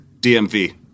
DMV